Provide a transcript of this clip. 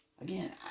again